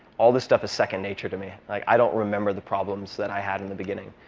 all this stuff is second nature to me. i don't remember the problems that i had in the beginning.